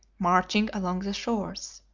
marching along the shores.